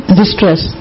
distress